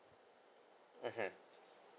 mmhmm